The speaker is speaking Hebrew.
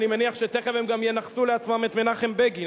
אני מניח שתיכף הם גם ינכסו לעצמם את מנחם בגין,